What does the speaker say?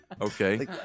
Okay